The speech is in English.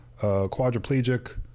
quadriplegic